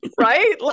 Right